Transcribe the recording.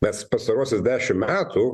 mes pastaruosius dešimt metų